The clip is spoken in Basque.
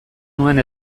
nuen